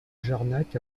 jarnac